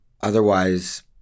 otherwise